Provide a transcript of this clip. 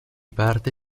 parte